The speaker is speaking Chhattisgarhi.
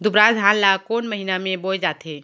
दुबराज धान ला कोन महीना में बोये जाथे?